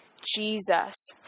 Jesus